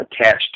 attached